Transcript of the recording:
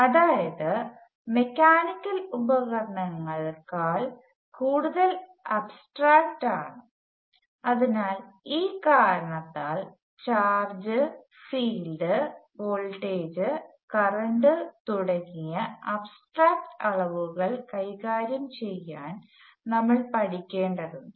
അതായതു മെക്കാനിക്കൽ ഉപകാരണങ്ങളെക്കാൾ കൂടുതൽ അബ്സ്ട്രാക്ട് ആണ് അതിനാൽ ഈ കാരണത്താൽ ചാർജ് ഫീൽഡ് വോൾട്ടേജ് കറണ്ട് തുടങ്ങിയ അബ്സ്ട്രാക്ട് അളവുകൾ കൈകാര്യം ചെയ്യാൻ നമ്മൾ പഠിക്കേണ്ടതുണ്ട്